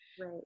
Right